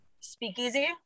Speakeasy